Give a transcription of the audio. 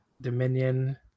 Dominion